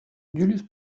julius